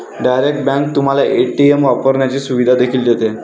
direct bank तुम्हाला ATM वापरण्याची सुविधा देखील देते